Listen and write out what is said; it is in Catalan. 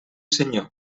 senyor